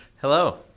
Hello